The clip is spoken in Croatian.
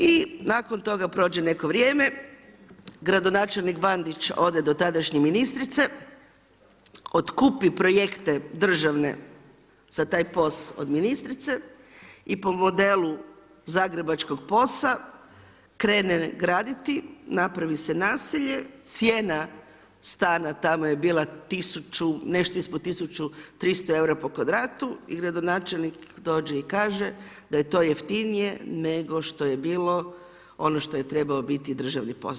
I nakon toga prođe neko vrijeme, gradonačelnik Bandić ode do tadašnje ministrice, otkupi projekte državne za taj POS od ministrice i po modelu zagrebačkog POS-a krene graditi, napravi se naselje, cijena stana tamo je bila nešto ispod 1300 eura po kvadratu, i gradonačelnik dođe i kaže da je to jeftinije nego što je bilo ono što je trebao biti državni POS.